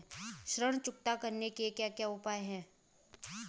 ऋण चुकता करने के क्या क्या उपाय हैं?